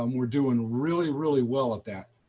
um we're doing really, really well at that.